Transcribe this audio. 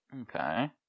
Okay